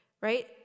right